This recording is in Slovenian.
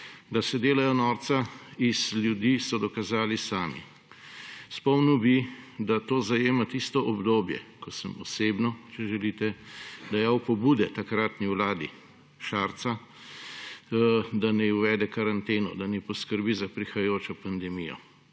Da se delajo norca iz ljudi, so dokazali sami. Spomnil bi, da to zajema tisto obdobje, ko sem osebno, če želite, dajal pobude takratni vladi Šarca, da naj uvede karanteno, da naj poskrbi za prihajajočo pandemijo.